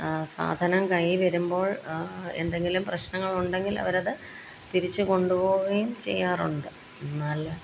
സാധനം കൈയില് വരുമ്പോൾ എന്തെങ്കിലും പ്രശ്നങ്ങൾ ഉണ്ടെങ്കിൽ അവരത് തിരിച്ചു കൊണ്ടുപോകുകയും ചെയ്യാറുണ്ട് എന്നാല്